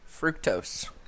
Fructose